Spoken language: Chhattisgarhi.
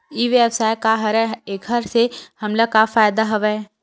ई व्यवसाय का हरय एखर से हमला का फ़ायदा हवय?